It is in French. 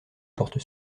porte